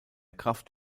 kraft